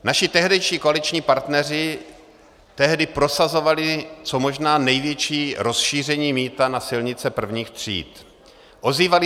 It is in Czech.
Naši tehdejší koaliční partneři tehdy prosazovali co možná největší rozšíření mýta na silnice prvních tříd.